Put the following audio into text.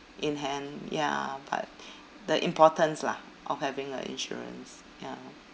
in hand ya but the importance lah of having a insurance ya